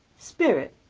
spirit,